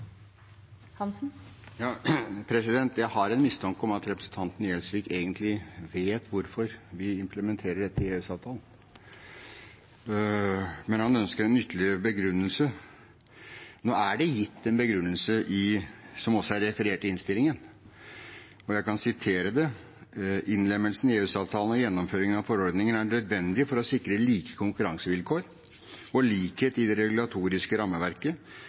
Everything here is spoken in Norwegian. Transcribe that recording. Jeg har en mistanke om at representanten Gjelsvik egentlig vet hvorfor vi implementerer dette i EØS-avtalen, men han ønsker en ytterligere begrunnelse. Nå er det gitt en begrunnelse, som også er referert i innstillingen, og jeg kan sitere det: «Innlemmelse i EØS-avtalen og gjennomføring av forordningen er nødvendig for å sikre like konkurransevilkår og likhet i det regulatoriske rammeverket,